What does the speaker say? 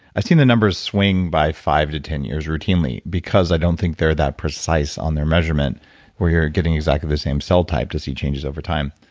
i've seen the numbers swing by five to ten years routinely because i don't think they're that precise on their measurement where you're getting exactly the same cell type to see changes over time.